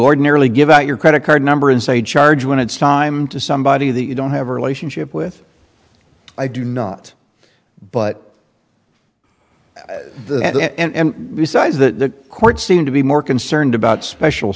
ordinarily give out your credit card number and say charge when it's time to somebody that you don't have a relationship with i do not but and besides the court seemed to be more concerned about special